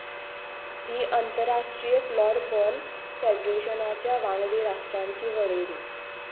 ही आंतरराष्ट्रीय floorball फॅडरेशनाच्या वांगडी राष्ट्रांची वळेरी